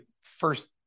first